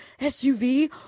SUV